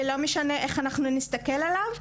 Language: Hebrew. ולא משנה איך אנחנו נסתכל עליו,